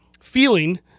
feeling